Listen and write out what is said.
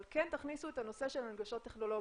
אבל כן תכניסו את הנושא של הנגשות טכנולוגיות.